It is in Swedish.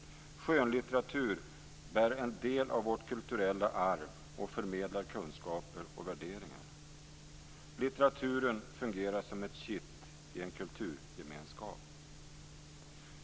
Skönlitteratur bär en del av vårt kulturella arv och förmedlar kunskaper och värderingar. Litteraturen fungerar som ett kitt i en kulturgemenskap."